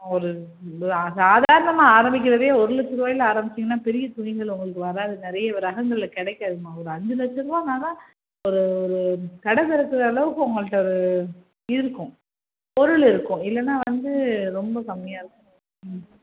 ஒரு இது சாதாரணமாக ஆரம்பிக்கிறதே ஒரு லட்சம் ரூபாய்ல ஆரம்பிச்சீங்கன்னால் பெரிய துணிகள் உங்களுக்கு வராது நிறைய ரகங்களில் கிடைக்காதும்மா ஒரு அஞ்சு லட்சம் ரூபான்னால்தான் ஒரு ஒரு கடை திறக்கிற அளவுக்கு உங்கள்கிட்ட ஒரு இருக்கும் பொருள் இருக்கும் இல்லைனா வந்து ரொம்ப கம்மியாக இருக்கும் ம்